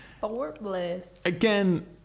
Again